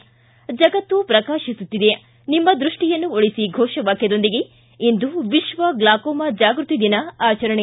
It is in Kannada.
ಿ ಜಗತ್ತು ಪ್ರಕಾಶಿಸುತ್ತಿದೆ ನಿಮ್ಮ ದೃಷ್ಟಿಯನ್ನು ಉಳಿಸಿ ಘೋಷವಾಕ್ಕದೊಂದಿಗೆ ಇಂದು ವಿಶ್ವ ಗ್ಲಾಕೋಮಾ ಜಾಗೃತಿ ದಿನ ಆಚರಣೆ